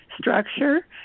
structure